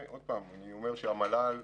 המל"ל,